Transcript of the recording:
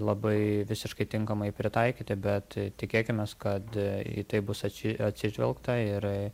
labai visiškai tinkamai pritaikyti bet tikėkimės kad į tai bus atši atsižvelgta ir